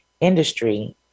industry